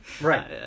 Right